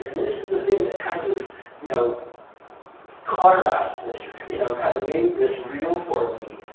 is the thing that kind of you know cauterized this or you know kind of made this real for me.